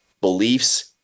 beliefs